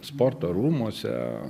sporto rūmuose